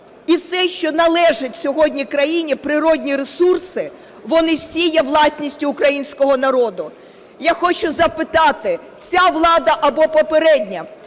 і все, що належить сьогодні країні, природні ресурси, вони всі є власністю українського народу. Я хочу запитати, ця влада або попередня